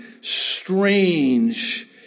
strange